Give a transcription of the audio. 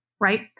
right